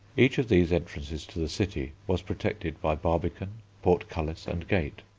each of these entrances to the city was protected by barbican, portcullis, and gate.